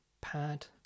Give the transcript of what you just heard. pad